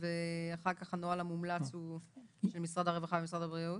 ואחר כך הנוהל המומלץ הוא של משרד הרווחה ומשרד הבריאות?